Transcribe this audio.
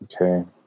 Okay